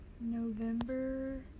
November